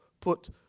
put